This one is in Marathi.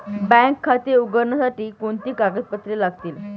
बँक खाते उघडण्यासाठी कोणती कागदपत्रे लागतील?